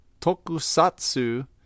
Tokusatsu